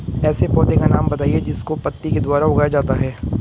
ऐसे पौधे का नाम बताइए जिसको पत्ती के द्वारा उगाया जाता है